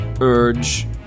urge